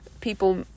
people